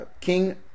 king